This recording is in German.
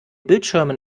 bildschirmen